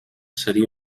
seria